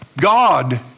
God